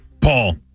Paul